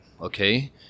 okay